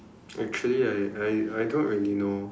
actually I I I don't really know